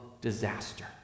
disaster